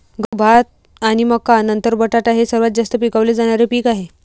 गहू, भात आणि मका नंतर बटाटा हे सर्वात जास्त पिकवले जाणारे पीक आहे